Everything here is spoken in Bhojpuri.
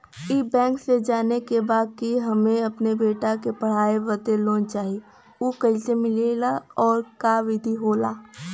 ई बैंक से जाने के बा की हमे अपने बेटा के पढ़ाई बदे लोन चाही ऊ कैसे मिलेला और का विधि होला?